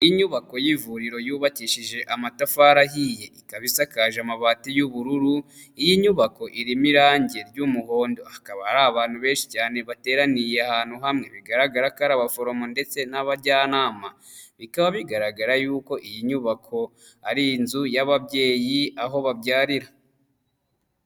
Inyubako y'ivuriro yubakishije amatafari ahiye, ikaba isakaje amabati y'ubururu iyi nyubako irimo irangi ry'umuhondo hakaba hari abantu benshi cyane bateraniye ahantu hamwe bigaragara ko ari abaforomo ndetse n'abajyanama bikaba bigaragara yuko iyi nyubako ari inzu y'ababyeyi aho babyarira.